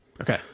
Okay